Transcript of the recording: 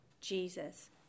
Jesus